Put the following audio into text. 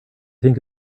think